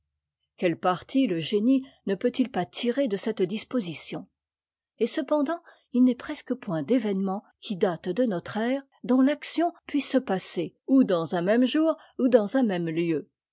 quel parti le génie ne peut-il pas tirer de cette disposition et cependant il n'est presque point d'événements qui datent de notre ère dont l'action puisse se passer ou dans un même jour ou dans un même lieu